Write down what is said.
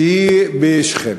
שהיא בשכם.